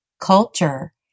culture